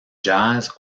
jazz